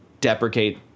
deprecate